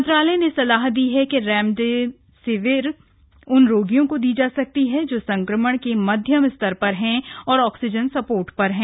मंत्रालय ने सलाह दी है कि रेमडेसिविर उन रोगियों को दी जा सकती है जो संक्रमण के मध्यम स्तर में हैं और ऑक्सीजन सपोर्ट पर हैं